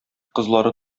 кызлары